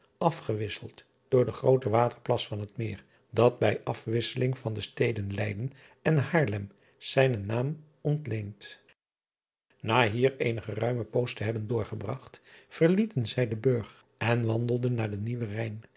afgewisseld door den grooten waterplas van het eer dat bij afwisseling van de steden eyden en aarlem zijnen naam ontleent a hier eene geruime poos te hebben doorgebragt verlieten zij den urg en wandelden naar den nieuwen ijn